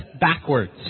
backwards